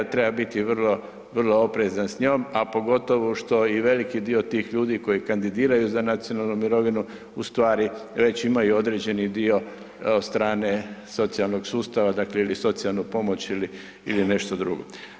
Treba biti vrlo oprezan s njom, a pogotovo što veliki dio tih ljudi koji kandidiraju za nacionalnu mirovinu ustvari već i imaju određeni dio od strane socijalnog sustava, dakle ili socijalnu pomoć ili nešto drugo.